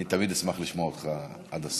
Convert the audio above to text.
אני תמיד אשמח לשמוע אותך עד הסוף.